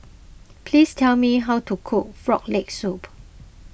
please tell me how to cook Frog Leg Soup